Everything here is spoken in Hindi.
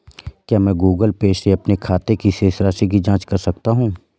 क्या मैं गूगल पे से अपने खाते की शेष राशि की जाँच कर सकता हूँ?